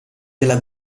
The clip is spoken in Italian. della